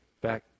Back